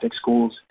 schools